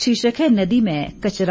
शीर्षक है नदी में कचरा